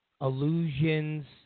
illusions